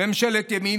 ממשלת ימין,